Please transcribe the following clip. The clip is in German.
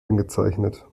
eingezeichnet